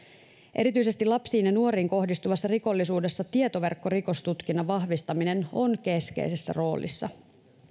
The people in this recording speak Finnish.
erityisesti lapsiin ja nuoriin kohdistuvassa rikollisuudessa tietoverkkorikostutkinnan vahvistaminen on keskeisessä roolissa